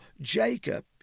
Jacob